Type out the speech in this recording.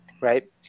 right